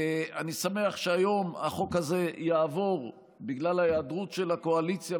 אני שמח שהיום החוק הזה יעבור בגלל ההיעדרות של הקואליציה,